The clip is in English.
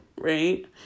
right